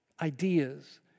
ideas